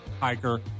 hiker